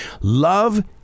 Love